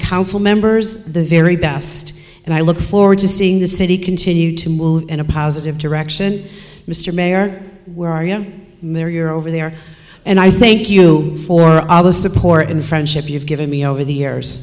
council members the very best and i look forward to seeing the city continue to move in a positive direction mr mayor there you're over there and i thank you for all the support and friendship you've given me over the years